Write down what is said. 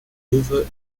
hoover